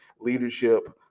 leadership